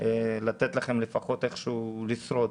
לתת לכם לפחות איכשהו לשרוד.